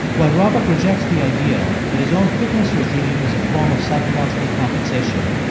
while robert rejects the idea that his own fitness regime is a form of psychological compensation,